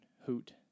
hoot